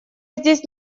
здесь